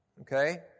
Okay